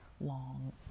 long